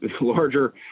larger